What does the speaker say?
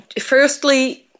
firstly